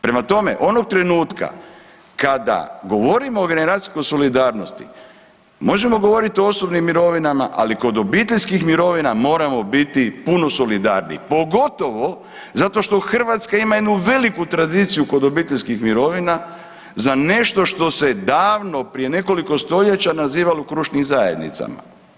Prema tome, onog trenutka kada govorimo o generacijskoj solidarnosti možemo govorit o osobnim mirovinama, ali kod obiteljskih mirovina moramo biti puno solidarniji, pogotovo zato što Hrvatska ima jednu veliku tradiciju kod obiteljskih mirovina za nešto što se je davno prije nekoliko stoljeća nazivalo „krušnim zajednicama“